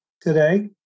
today